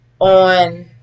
on